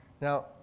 now